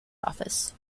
office